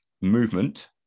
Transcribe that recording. movement